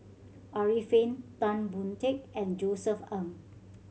Arifin Tan Boon Teik and Josef Ng